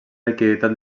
liquiditat